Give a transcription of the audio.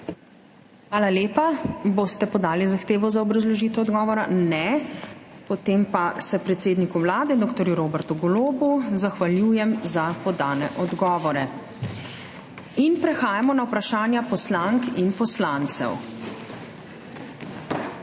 Hvala lepa. Boste podali zahtevo za obrazložitev odgovora? Ne. Potem pa se predsedniku Vlade dr. Robertu Golobu zahvaljujem za podane odgovore. Prehajamo na vprašanja poslank in poslancev. Prvi